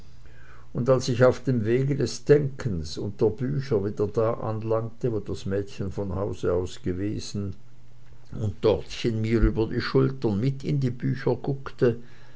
und als ich auf dem wege des denkens und der bücher wieder da anlangte wo das mädchen von hause aus gewesen und dortchen mir über die schultern mit in die bücher guckte